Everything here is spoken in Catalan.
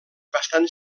bastant